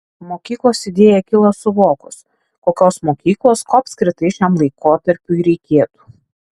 mokyklos idėja kilo suvokus kokios mokyklos ko apskritai šiam laikotarpiui reikėtų